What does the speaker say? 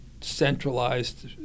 centralized